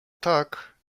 tak